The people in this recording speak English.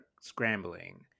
scrambling